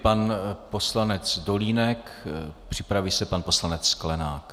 Pan poslanec Dolínek, připraví se pan poslanec Sklenák.